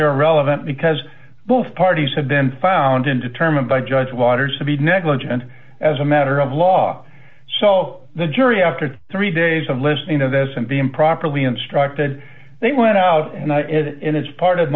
irrelevant because both parties have been found in determined by judge waters to be negligent as a matter of law so the jury after three days of listening to this and being properly instructed they went out and it is part of